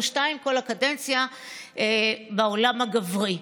שתיים במשך כל הקדנציה בעולם הגברי.